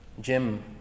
Jim